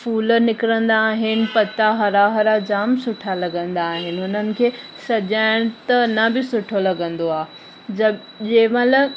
हुनमें फूल निकिरंदा आहिनि पत्ता हरा हरा जामु सुठा लॻंदा आहिनि उन्हनि खे सजाइण त अञा बि सुठो लॻंदो आहे जब जंहिंमहिल